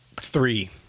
three